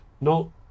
No